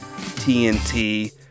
TNT